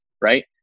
right